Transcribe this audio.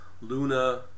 Luna